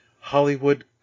Hollywood